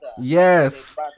Yes